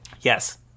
yes